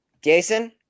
Jason